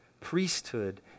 priesthood